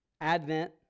Advent